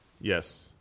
Yes